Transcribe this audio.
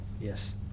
yes